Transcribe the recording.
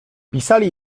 pisali